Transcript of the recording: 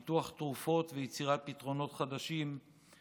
על פיתוח תרופות ויצירת פתרונות חדשים להתמודדות